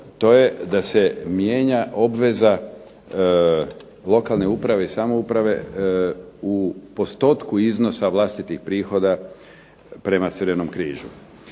to je da se mijenja obveza lokalne uprave i samouprave u postotku iznosa vlastitih prihoda prema Crvenom križu.